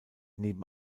neben